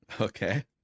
Okay